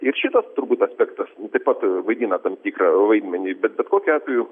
ir šitas turbūt aspektas taip pat vaidina tam tikrą vaidmenį bet bet kokiu atveju